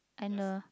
and a